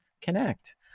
Connect